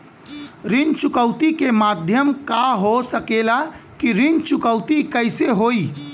ऋण चुकौती के माध्यम का हो सकेला कि ऋण चुकौती कईसे होई?